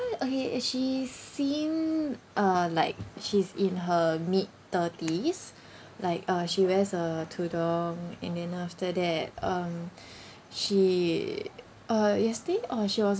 okay actually seem uh like she's in her mid thirties like uh she wears a tudung and then after that um she uh yesterday uh she was